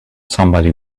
somebody